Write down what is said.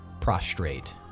prostrate